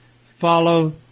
Follow